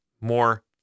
more